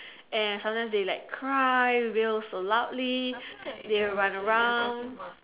and sometimes they like cry wail so loudly and they will run around